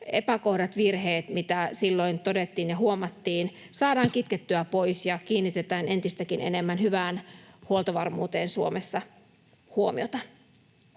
epäkohdat, virheet, mitä silloin todettiin ja huomattiin, saadaan kitkettyä pois ja kiinnitetään entistäkin enemmän hyvään huoltovarmuuteen Suomessa huomiota.